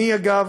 אגב,